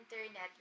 internet